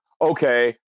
okay